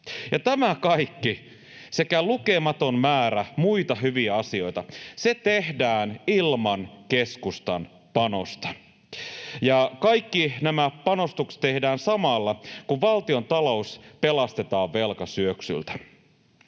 tämä kaikki sekä lukematon määrä muita hyviä asioita tehdään ilman keskustan panosta. Ja kaikki nämä panostukset tehdään samalla, kun valtiontalous pelastetaan velkasyöksyltä.